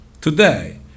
Today